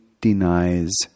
denies